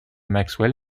maxwell